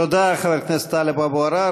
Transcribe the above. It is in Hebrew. תודה לחבר הכנסת טלב אבו עראר.